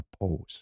oppose